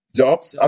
jobs